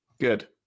Good